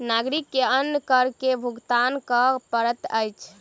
नागरिक के अन्य कर के भुगतान कर पड़ैत अछि